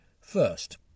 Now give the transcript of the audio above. First